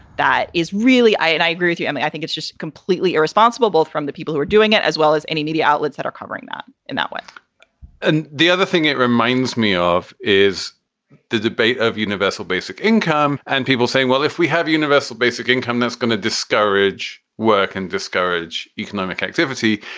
that is really i and i agree with you. i mean, i think it's just completely irresponsible both from the people who are doing it as well as any media outlets that are covering that in that way and the other thing it reminds me of is the debate of universal basic income and people saying, well, if we have universal basic income, that's going to discourage work and discourage economic activity,